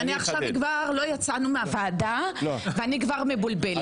עכשיו עוד לא יצאנו מהוועדה ואני כבר מבולבלת,